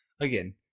again